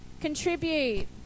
Contribute